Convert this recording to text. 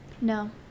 No